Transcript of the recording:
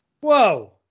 Whoa